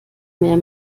mehr